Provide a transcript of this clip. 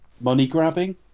money-grabbing